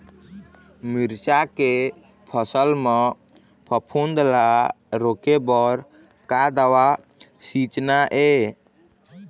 मिरचा के फसल म फफूंद ला रोके बर का दवा सींचना ये?